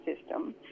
system